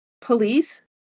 police